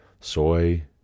Soy